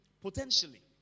potentially